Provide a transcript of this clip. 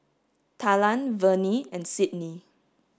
Talan Vernie and Sydnee